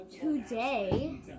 today